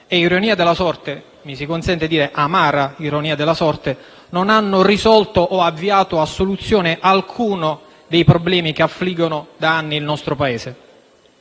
- ironia della sorte, mi si consenta di dire amara ironia della sorte - non hanno risolto o avviato a soluzione alcuno dei problemi che affliggono da anni il nostro Paese.